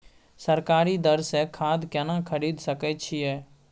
सरकारी दर से खाद केना खरीद सकै छिये?